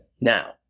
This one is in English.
Now